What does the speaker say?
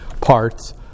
parts